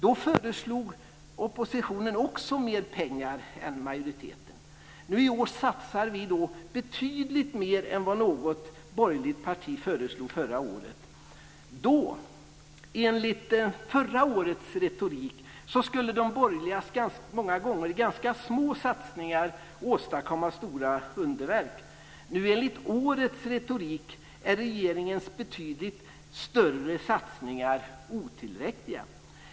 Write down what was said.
Då föreslog oppositionen också mer pengar än majoriteten. Nu i år satsar vi betydligt mer än vad något borgerligt parti föreslog förra året. Då, enligt förra årets retorik, skulle de borgerligas många gånger ganska små satsningar åstadkomma stora underverk. Nu, enligt årets retorik, är regeringens betydligt större satsningar otillräckliga.